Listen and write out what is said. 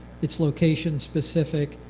it's location specific,